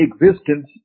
existence